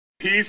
Peace